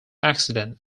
accident